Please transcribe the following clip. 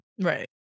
Right